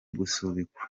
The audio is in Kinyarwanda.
gusubikwa